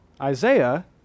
Isaiah